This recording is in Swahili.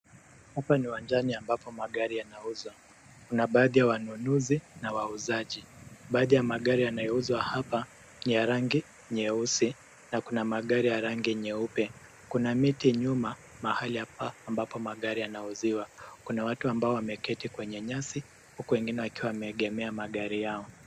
Hapa ni uwanjani ambapo magari yanauzwa, kuna baadhi ya wanunuzi na wauzaji. Baadhi ya magari yanayouzwa hapa ni ya rangi nyeusi, na kuna magari ya rangi nyeupe. Kuna miti nyuma, mahali hapa ambapo gari yanauziwa. Kuna watu wameketi kwenye nyasi, huku wengine wakiwa wameegemea magari yao.